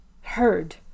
heard